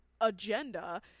agenda